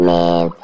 Man